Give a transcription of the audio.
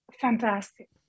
fantastic